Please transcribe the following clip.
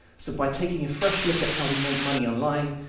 so by taking a fresh look at how we make money online,